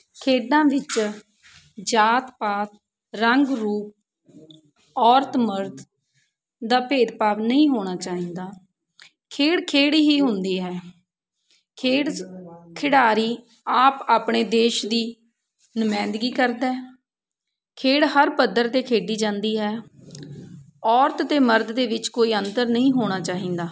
ਖੇਡਾਂ ਵਿੱਚ ਜਾਤ ਪਾਤ ਰੰਗ ਰੂਪ ਔਰਤ ਮਰਦ ਦਾ ਭੇਦ ਭਾਵ ਨਹੀਂ ਹੋਣਾ ਚਾਹੀਦਾ ਖੇਡ ਖੇਡ ਹੀ ਹੁੰਦੀ ਹੈ ਖੇਡ ਖਿਡਾਰੀ ਆਪ ਆਪਣੇ ਦੇਸ਼ ਦੀ ਨੁਮਾਇੰਦਗੀ ਕਰਦਾ ਹੈ ਖੇਡ ਹਰ ਪੱਧਰ 'ਤੇ ਖੇਡੀ ਜਾਂਦੀ ਹੈ ਔਰਤ ਅਤੇ ਮਰਦ ਦੇ ਵਿੱਚ ਕੋਈ ਅੰਤਰ ਨਹੀਂ ਹੋਣਾ ਚਾਹੀਦਾ